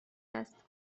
است